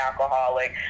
alcoholic